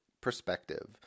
perspective